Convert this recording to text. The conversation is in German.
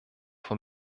für